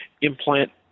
implant